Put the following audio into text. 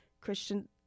Christian